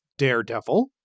Daredevil